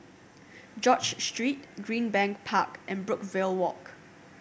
George Street Greenbank Park and Brookvale Walk